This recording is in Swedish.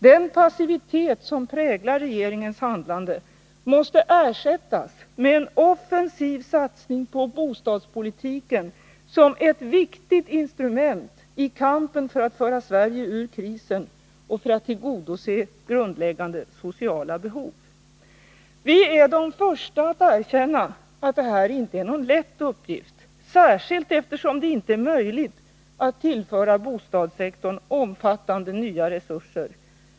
Den passivitet som präglar regeringens handlande måste ersättas med en offensiv satsning på bostadspolitiken som ett viktigt instrument i kampen för att föra Sverige ur krisen och för att tillgodose grundläggande sociala behov. Vi är de första att erkänna att detta inte är någon lätt uppgift, särskilt eftersom det inte är möjligt att tillföra bostadssektorn omfattande nya resurser.